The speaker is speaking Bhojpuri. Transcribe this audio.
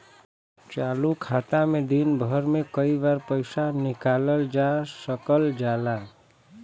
चालू खाता में दिन भर में कई बार पइसा निकालल जा सकल जाला